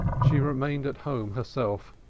she remained at home herself,